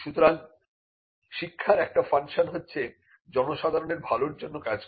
সুতরাং শিক্ষার একটা ফাংশন হচ্ছে জনসাধারণের ভালোর জন্য কাজ করা